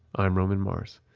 i'm roman mars.